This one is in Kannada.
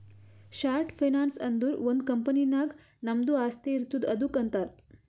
ಶಾರ್ಟ್ ಫೈನಾನ್ಸ್ ಅಂದುರ್ ಒಂದ್ ಕಂಪನಿ ನಾಗ್ ನಮ್ದು ಆಸ್ತಿ ಇರ್ತುದ್ ಅದುಕ್ಕ ಅಂತಾರ್